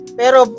pero